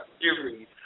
series